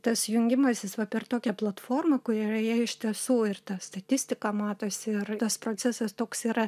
tas jungimasis va per tokią platformą kurioje iš tiesų ir ta statistika matosi ir tas procesas toks yra